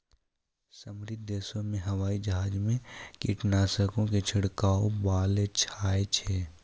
समृद्ध देशो मे हवाई जहाजो से कीटनाशको के छिड़कबैलो जाय छै